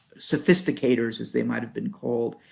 sophisticators, as they might have been called,